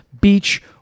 beach